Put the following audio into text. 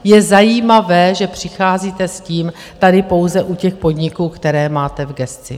Je zajímavé, že přicházíte s tím tady pouze u těch podniků, které máte v gesci.